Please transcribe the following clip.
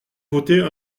voter